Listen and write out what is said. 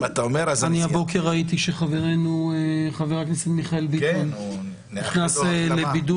אני הבוקר ראיתי שחבר הכנסת מיכאל ביטון נכנס לבידוד,